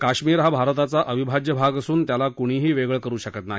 काश्मीर हा भारताच क्रिविभाज्य भाग असून त्याला कुणीही वेगळक्रिरू शकत नाही